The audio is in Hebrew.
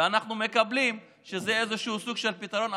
ואנחנו מקבלים שזה איזשהו סוג של פתרון,